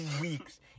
Weeks